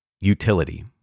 utility